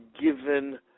given